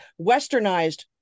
westernized